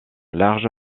large